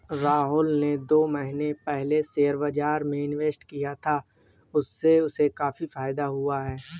राहुल ने दो महीने पहले शेयर बाजार में इन्वेस्ट किया था, उससे उसे काफी फायदा हुआ है